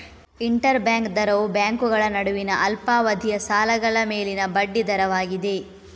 inter bank ದರವು ಬ್ಯಾಂಕುಗಳ ನಡುವಿನ ಅಲ್ಪಾವಧಿಯ ಸಾಲಗಳ ಮೇಲಿನ ಬಡ್ಡಿ ದರವಾಗಿದೆ